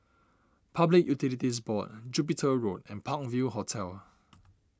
Public Utilities Board Jupiter Road and Park View Hotel